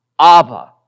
Abba